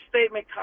statement